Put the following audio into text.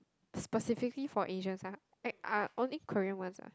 specifically for Asians ah eh ah only Korean ones ah